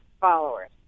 followers